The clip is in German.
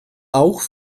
auch